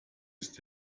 ist